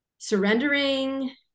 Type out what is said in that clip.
Surrendering